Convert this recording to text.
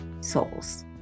souls